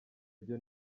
byo